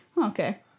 Okay